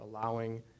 allowing